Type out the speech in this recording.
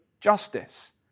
justice